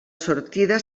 sortida